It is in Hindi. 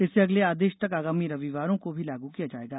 इसे अगले आदेश तक आगामी रविवारों को भी लागू किया जाएगा